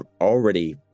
already